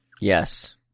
Yes